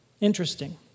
Interesting